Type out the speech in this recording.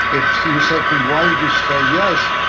if you said to me, why did you say yes?